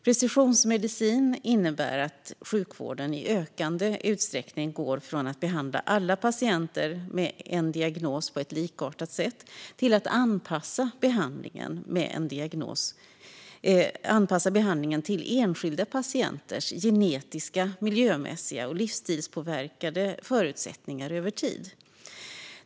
Precisionsmedicin innebär att sjukvården i ökande utsträckning går från att behandla alla patienter med en diagnos på ett likartat sätt, till att anpassa behandlingen till enskilda patienters genetiska, miljömässiga och livsstilspåverkade förutsättningar över tid.